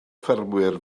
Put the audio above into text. ffermwyr